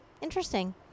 Interesting